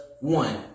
one